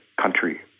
country